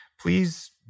please